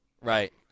Right